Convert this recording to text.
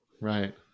Right